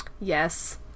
Yes